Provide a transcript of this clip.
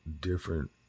different